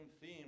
theme